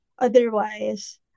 Otherwise